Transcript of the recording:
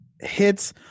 hits